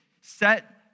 set